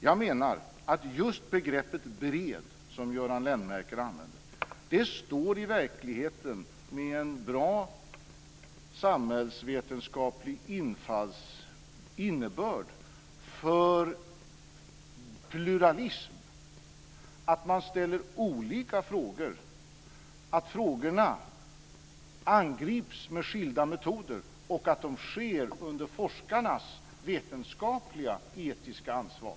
Jag menar att just begreppet bred, som Göran Lennmarker använder, i verkligheten står med en bra samhällsvetenskaplig innebörd för pluralism, att man ställer olika frågor, att frågorna angrips med skilda metoder och att det sker under forskarnas vetenskapligt-etiska ansvar.